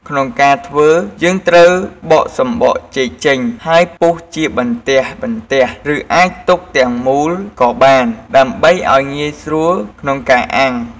ក្នុងការធ្វើ យើងត្រូវបកសំបកចេកចេញ រួចពុះជាបន្ទះៗ ឬអាចទុកទាំងមូលក៏បាន ដើម្បីឱ្យងាយស្រួលក្នុងការអាំង។